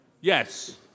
Yes